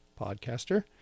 podcaster